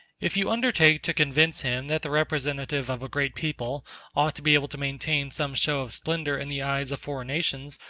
if you undertake to convince him that the representative of a great people ought to be able to maintain some show of splendor in the eyes of foreign nations,